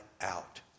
out